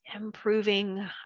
improving